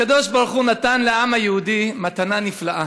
הקדוש-ברוך-הוא נתן לעם היהודי מתנה נפלאה,